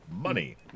money